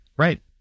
right